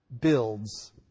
builds